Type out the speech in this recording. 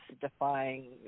defying